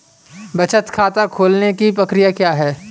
बचत खाता खोलने की प्रक्रिया क्या है?